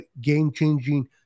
game-changing